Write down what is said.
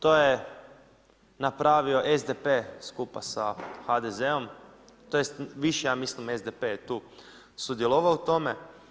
To je napravio SDP skupa sa HDZ-om, tj. više, ja mislim, SDP je tu sudjelovao u tome.